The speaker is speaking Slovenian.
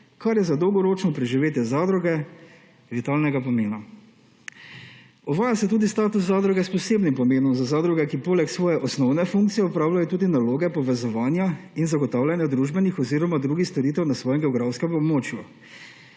kar je za dolgoročno preživetje zadruge vitalnega pomena. Uvaja se tudi status zadruge s posebnim pomenom za zadruge, ki poleg svoje osnovne funkcije opravljajo tudi naloge povezovanja in zagotavljanja družbenih oziroma drugih storitev na svojem geografskem območju.